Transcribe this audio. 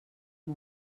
amb